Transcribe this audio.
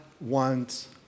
wants